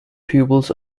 pupils